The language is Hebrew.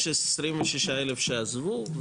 יש 26,000 שעזבו,